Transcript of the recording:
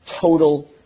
total